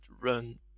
run